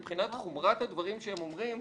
מבחינת חומרת הדברים שהם אומרים,